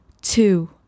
two